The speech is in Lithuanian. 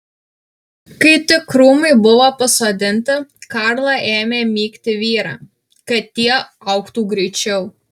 kai tik krūmai buvo pasodinti karla ėmė mygti vyrą kad tie augtų greičiau